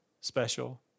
special